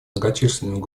многочисленными